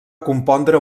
compondre